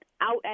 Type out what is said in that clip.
out